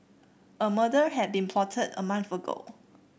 a murder had been plotted a month ago